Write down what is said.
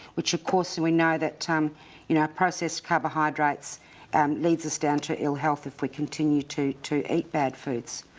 which, of course, we know that um you know processed carbohydrates and leads us down to ill health if we continue to to eat bad foods.